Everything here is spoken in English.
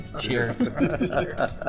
Cheers